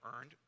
earned